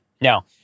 Now